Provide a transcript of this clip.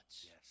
Yes